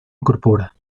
incorpora